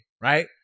right